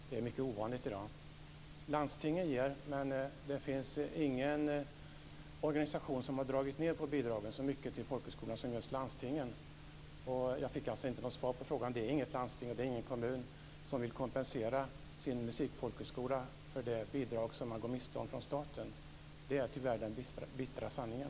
Det är mycket ovanligt i dag. Landstingen ger, men det finns ingen organisation som har dragit ned på bidragen så mycket till folkhögskolan som just landstingen. Jag fick alltså inget svar på frågan. Det är inget landsting och ingen kommun som vill kompensera sin musikfolkhögskola för de bidrag den går miste om från staten. Det är tyvärr den bittra sanningen.